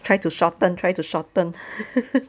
try to shorten try to shorten